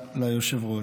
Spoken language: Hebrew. ליושב-ראש.